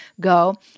Go